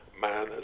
man